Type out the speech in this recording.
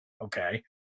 Okay